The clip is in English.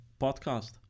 podcast